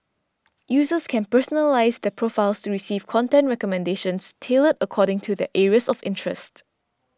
users can personalise their profiles to receive content recommendations tailored according to their areas of interest